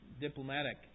diplomatic